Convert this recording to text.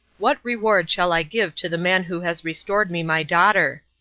what reward shall i give to the man who has restored me my daughter?